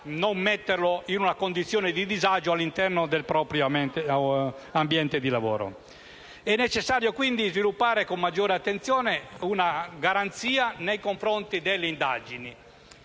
non metterlo in una condizione di disagio all'interno del proprio ambiente di lavoro. È necessario quindi sviluppare con maggiore attenzione una garanzia nei confronti delle indagini.